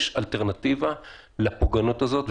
יש אלטרנטיבה לפוגענות הזאת,